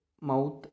mouth